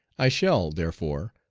i shall, therefore,